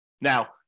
Now